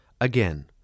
Again